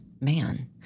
Man